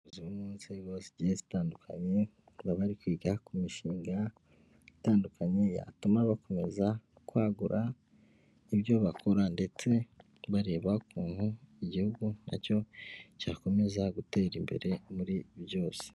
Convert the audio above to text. Zimwe mu nzego zigiye zitandukanye, bakaba bari kwiga ku mishinga itandukanye, yatuma bakomeza kwagura ibyo bakora ndetse bareba ukuntu igihugu na cyo, cyakomeza gutera imbere muri byose.